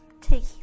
take